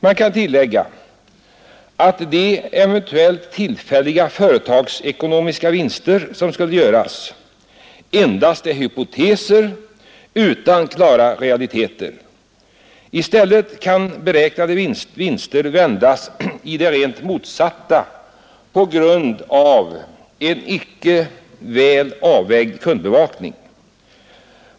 Man kan tillägga att beräkningen av de eventuellt tillfälliga företagsekonomiska vinster som skulle göras endast grundar sig på hypoteser och inte på klara realiteter. I stället kan beräknade vinster vändas i motsatsen på grund av en icke väl avvägd följdbevakning.